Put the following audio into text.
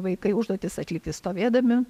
vaikai užduotis atlikti stovėdami